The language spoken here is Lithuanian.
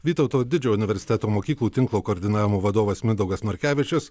vytauto didžiojo universiteto mokyklų tinklo koordinavimo vadovas mindaugas norkevičius